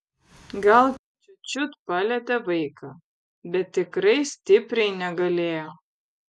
gal čiut čiut palietė vaiką bet tikrai stipriai negalėjo